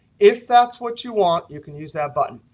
if that's what you want, you can use that button.